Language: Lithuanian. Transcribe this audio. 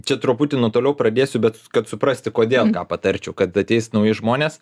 čia truputį nuo toliau pradėsiu bet kad suprasti kodėl ką patarčiau kad ateis nauji žmonės